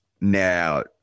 now